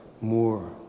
more